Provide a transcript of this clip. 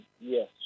Yes